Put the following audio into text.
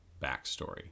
backstory